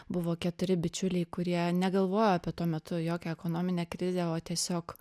buvo keturi bičiuliai kurie ne galvojo apie tuo metu jokią ekonominę krizę o tiesiog